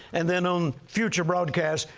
and then on future broadcasts,